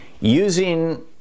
using